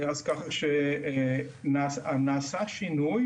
ככה שנעשה שינוי